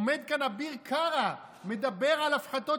עומד כאן אביר קארה ומדבר על הפחתות